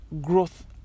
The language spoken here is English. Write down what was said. growth